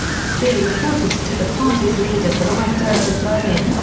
speer reported to the party's leader for the west end of berlin,